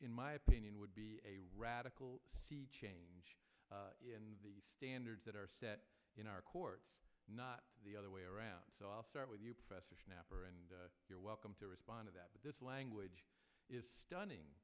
in my opinion would be a radical change in the standards that are set in our courts not the other way around so i'll start with you professor snapper and you're welcome to respond to that but this language is stunning